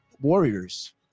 Warriors